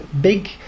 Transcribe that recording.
big